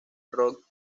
rock